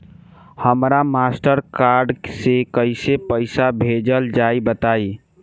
हमरा master card से कइसे पईसा भेजल जाई बताई?